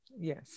yes